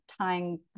tying